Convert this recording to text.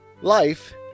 Life